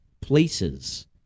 places